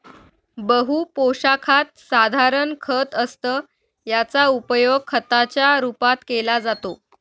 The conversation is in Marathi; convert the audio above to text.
बहु पोशाखात साधारण खत असतं याचा उपयोग खताच्या रूपात केला जातो